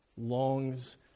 longs